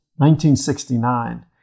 1969